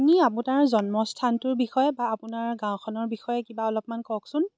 আপুনি আপোনাৰ জন্মস্থানটোৰ বিষয়ে বা আপোনাৰ গাঁওখনৰ বিষয়ে কিবা অলপ কওকচোন